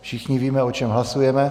Všichni víme, o čem hlasujeme.